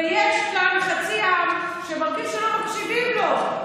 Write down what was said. ויש כאן חצי עם שמרגיש שלא מקשיבים לו,